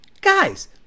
Guys